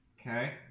Okay